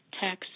tax